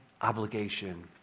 obligation